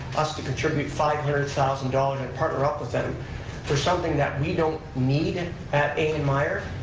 us to contribute five hundred thousand dollars and partner up with them for something that we don't need and at a n. myer,